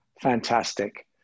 Fantastic